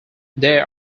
there